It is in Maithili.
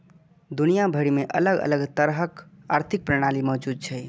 दुनिया भरि मे अलग अलग तरहक आर्थिक प्रणाली मौजूद छै